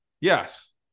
Yes